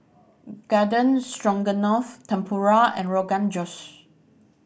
Garden Stroganoff Tempura and Rogan Josh